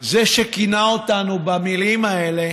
זה שכינה אותנו במילים האלה